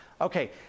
Okay